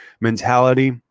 mentality